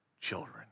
children